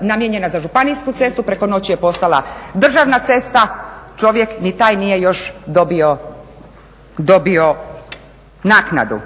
namijenjena za županijsku cestu, preko noći je postala državna cesta, čovjek ni taj nije još dobio naknadu.